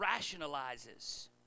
rationalizes